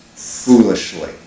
foolishly